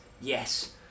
Yes